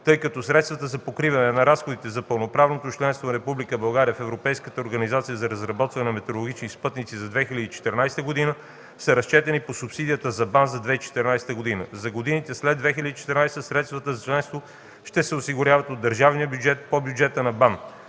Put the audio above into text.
тъй като средствата за покриване на разходите за пълноправното членство на Република България в Европейската организация за разработване на метеорологични спътници за 2014 г. са разчетени по субсидията за БАН за 2014 г. За годините след 2014 г. средствата за членството ще се осигуряват от държавния бюджет по бюджета на БАН.